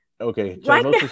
Okay